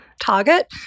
target